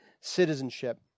citizenship